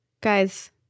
Guys